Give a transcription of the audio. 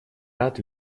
рад